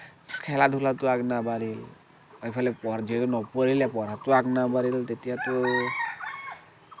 খেলা ধূলাতো আগ নাবাঢ়িল এইফালে যিহেতু নপঢ়িলেও পঢ়া শুনাতো আগনাবাঢ়িল তেতিয়াটো